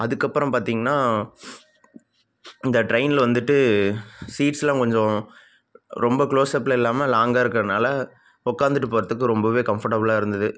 அதுக்கப்புறம் பார்த்தீங்கன்னா இந்த ட்ரெயினில் வந்துட்டு சீட்ஸ்செல்லாம் கொஞ்சம் ரொம்ப க்ளோஸ்அப்பில் இல்லாமல் லாங்காக இருக்கிறனால உட்காந்துட்டு போகிறதுக்கு ரொம்பவே கம்ஃபர்ட்டபிளாக இருந்தது